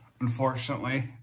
unfortunately